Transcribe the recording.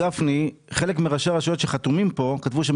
חלק מראשי הרשויות שחתומים פה כתבו שהם